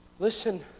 Listen